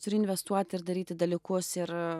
turi investuoti ir daryti dalykus ir